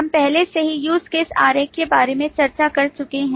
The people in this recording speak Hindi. हम पहले से ही use case आरेख के बारे में चर्चा कर चुके हैं